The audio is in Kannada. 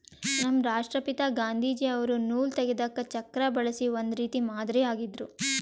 ನಮ್ ರಾಷ್ಟ್ರಪಿತಾ ಗಾಂಧೀಜಿ ಅವ್ರು ನೂಲ್ ತೆಗೆದಕ್ ಚಕ್ರಾ ಬಳಸಿ ಒಂದ್ ರೀತಿ ಮಾದರಿ ಆಗಿದ್ರು